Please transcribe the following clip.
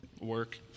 work